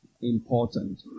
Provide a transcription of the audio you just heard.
important